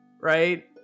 right